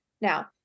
Now